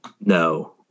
No